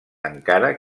encara